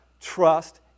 trust